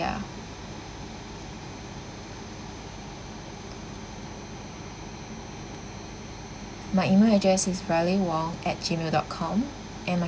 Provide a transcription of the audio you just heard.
ya my email address is riley wong at Gmail dot com and my